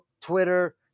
Twitter